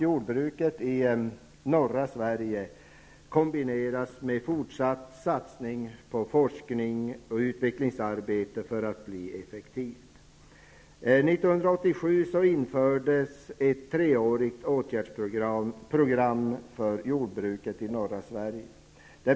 Jordbruket i norra Sverige måste också kombineras med fortsatt satsning på forsknings och utvecklingsarbete för att bli effektivt. År 1987 infördes ett treårigt åtgärdsprogram för jordbruket i norra Sverige.